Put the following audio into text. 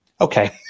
okay